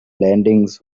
landings